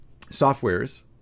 softwares